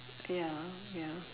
ya ya